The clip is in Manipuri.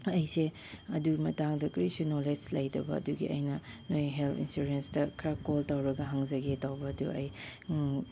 ꯑꯩꯁꯦ ꯑꯗꯨ ꯃꯇꯥꯡꯗ ꯀꯔꯤꯁꯨ ꯅꯣꯂꯦꯖ ꯂꯩꯇꯕ ꯑꯗꯨꯒꯤ ꯑꯩꯅ ꯅꯣꯏ ꯍꯦꯜꯠ ꯏꯟꯁꯨꯔꯦꯟꯁꯇ ꯈꯔ ꯀꯣꯜ ꯇꯧꯔꯒ ꯍꯪꯖꯒꯦ ꯇꯧꯕ ꯑꯗꯨ ꯑꯩ